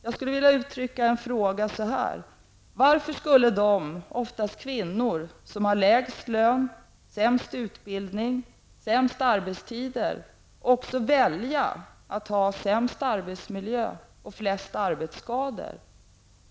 Jag skulle vilja fråga: Varför skulle de -- oftast kvinnor -- som har den lägsta lönen, den sämsta utbildningen och de sämsta arbetstiderna också välja att ha de sämsta arbetsmiljöerna och de flesta arbetsskadorna?